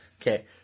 Okay